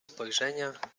spojrzenia